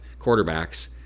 quarterbacks